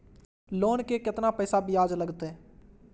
Loan के केतना पैसा ब्याज लागते?